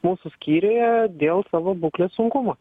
mūsų skyriuje dėl savo būklės sunkumo